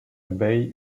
bay